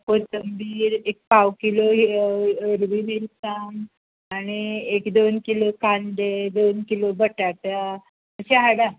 कोतंबीर एक पाव किलो हर हरवी मिरसांग आनी एक दोन किलो कांदे दोन किलो बटाटा अशे हाडात